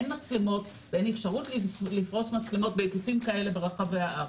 אין מצלמות ואין אפשרות לפרוס מצלמות בהיקפים כאלה ברחבי הארץ.